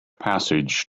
passage